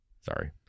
Sorry